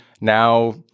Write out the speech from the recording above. now